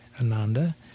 Ananda